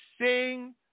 sing